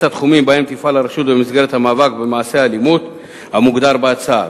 את התחומים שבהם תפעל הרשות במסגרת המאבק במעשי האלימות המוגדרים בהצעה,